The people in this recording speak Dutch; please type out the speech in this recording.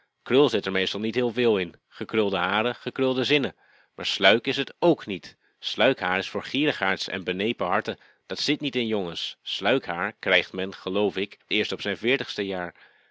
krul zit er meestal niet heel veel in gekrulde haren gekrulde zinnen maar sluik is het k niet sluik haar is voor gierigaards en benepen harten dat zit niet in jongens sluik haar krijgt men geloof ik eerst op zijn veertigste jaar